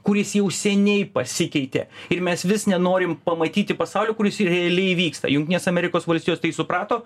kuris jau seniai pasikeitė ir mes vis nenorim pamatyti pasaulio kuris realiai vyksta jungtinės amerikos valstijos tai suprato